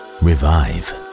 revive